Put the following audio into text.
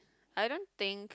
I don't think